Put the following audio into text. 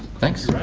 thanks!